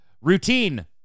routine